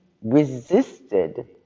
resisted